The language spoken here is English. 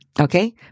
Okay